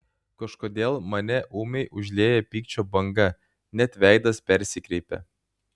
kažkodėl mane ūmiai užlieja pykčio banga net veidas persikreipia